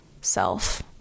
self